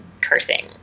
cursing